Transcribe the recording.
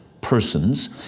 persons